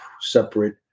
separate